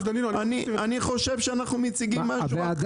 אני חושב שאנחנו מציגים משהו אחר.